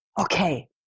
okay